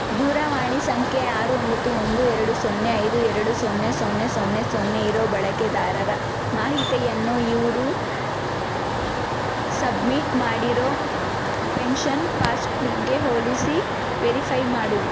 ದೂರವಾಣಿ ಸಂಖ್ಯೆ ಆರು ಒಂಬತ್ತು ಒಂದು ಎರಡು ಸೊನ್ನೆ ಐದು ಎರಡು ಸೊನ್ನೆ ಸೊನ್ನೆ ಸೊನ್ನೆ ಸೊನ್ನೆ ಇರೋ ಬಳಕೆದಾರರ ಮಾಹಿತಿಯನ್ನು ಇವ್ರು ಸಬ್ಮಿಟ್ ಮಾಡಿರೋ ಪೆನ್ಶನ್ ಪಾಸ್ಬುಕ್ಗೆ ಹೋಲಿಸಿ ವೆರಿಫೈ ಮಾಡು